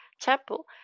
Chapel